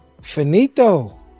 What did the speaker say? finito